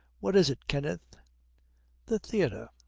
what is it, kenneth the theatre.